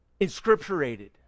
inscripturated